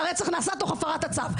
והרצח נעשה תוך הפרת הצו?